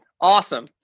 Awesome